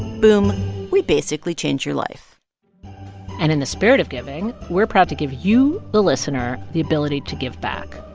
boom we basically change your life and in the spirit of giving, we're proud to give you, the listener, the ability to give back.